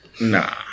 Nah